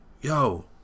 yo